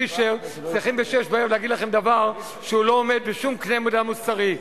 שאי-אפשר לאפשר את הסליקה הזאת לכל כרטיסי האשראי,